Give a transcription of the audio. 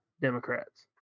Democrats